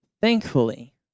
Thankfully